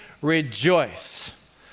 rejoice